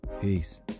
peace